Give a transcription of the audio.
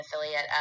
affiliate